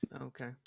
Okay